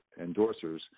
endorsers